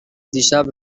دیشب